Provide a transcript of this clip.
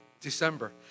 December